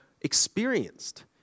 experienced